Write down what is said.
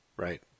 Right